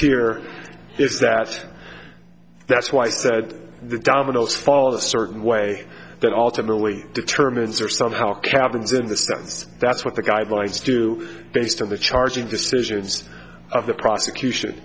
here is that that's why i said the dominoes fall a certain way that ultimately determines or somehow cabins in the sense that's what the guidelines do based on the charging decisions of the prosecution